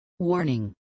Warning